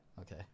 Okay